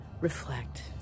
reflect